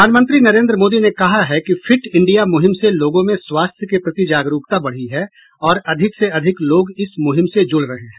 प्रधानमंत्री नरेन्द्र मोदी ने कहा है कि फिट इंडिया मुहिम से लोगों में स्वास्थ्य के प्रति जागरूकता बढी है और अधिक से अधिक लोग इस मुहिम से जुड रहे हैं